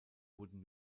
wurden